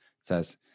says